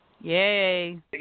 Yay